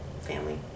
family